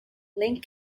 link